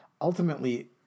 ultimately